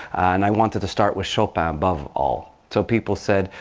and i wanted to start with chopin above all. so people said,